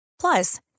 Plus